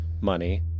money